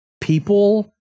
people